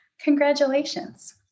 Congratulations